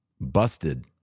Busted